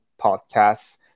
podcasts